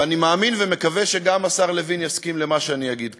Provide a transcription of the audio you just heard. ואני מאמין ומקווה שגם השר לוין יסכים למה שאני אגיד כאן,